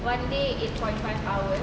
one day eight point five hour